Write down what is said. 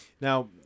Now